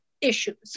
issues